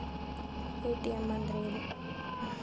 ATM ಅಂದ್ರ ಏನು?